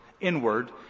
inward